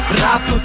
rap